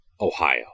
Ohio